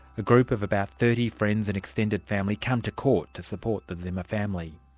group of about thirty friends and extended family, come to court to support the zimmer family.